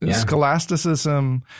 Scholasticism